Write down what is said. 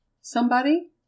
Somebody